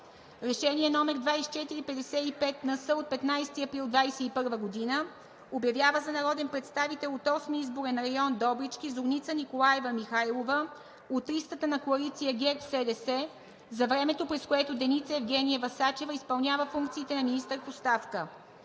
Решение № 2455-НС, София, 15 април 2021 г. – „Обявява за народен представител от Осми изборен район – Добрички, Зорница Николаева Михайлова, с ЕГН …, от листата на коалиция ГЕРБ-СДС, за времето, през което Деница Евгениева Сачева изпълнява функциите на министър в оставка.“